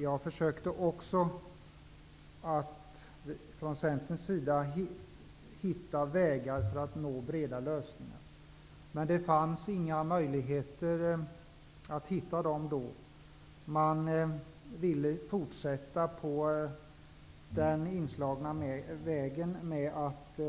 Jag försökte från Centerns sida att hitta vägar för att nå breda lösningar, men det fanns inga möjligheter till detta. Man ville fortsätta på den inslagna vägen med att